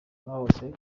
bahoze